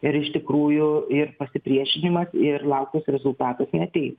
ir iš tikrųjų ir pasipriešinimas ir lauktas rezultatas neatei